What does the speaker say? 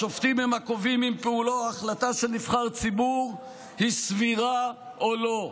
השופטים הם הקובעים אם פעולה או החלטה של נבחר ציבור היא סבירה או לא".